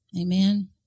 Amen